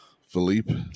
Philippe